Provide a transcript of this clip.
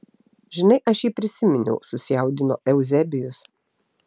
žinai aš jį prisiminiau susijaudino euzebijus